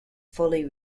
fully